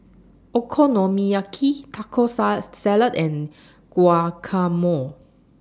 Okonomiyaki Taco sar Salad and Guacamole